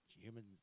human